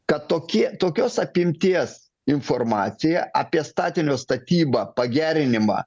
kad tokie tokios apimties informacija apie statinio statybą pagerinimą